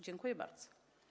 Dziękuję bardzo.